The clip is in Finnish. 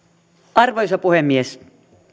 arvoisa puhemies